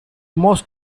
most